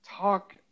talk